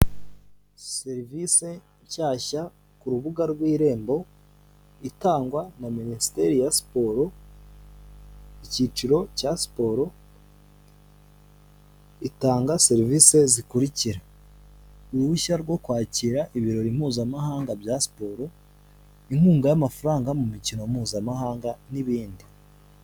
Serivisi nshyashya ku rubuga rw'irembo itangwa na minisiteri ya siporo, ikiciro cya siporo itanga serivise zikurikira: uruhushya rwo kwakira ibirori mpuzamahanga bya siporo, inkunga ya mafaranga mu mikino mpuzamahanga n'ibindi.